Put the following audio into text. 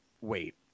Wait